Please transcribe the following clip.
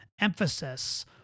emphasis